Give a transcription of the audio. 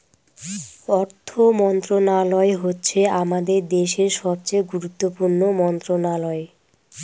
অর্থ মন্ত্রণালয় হচ্ছে আমাদের দেশের সবচেয়ে গুরুত্বপূর্ণ মন্ত্রণালয়